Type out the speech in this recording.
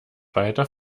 weiter